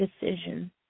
decision